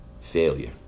Failure